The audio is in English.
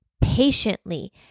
patiently